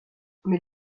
mais